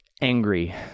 angry